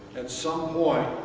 at some point,